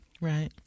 Right